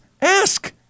ask